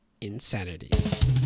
Insanity